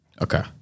Okay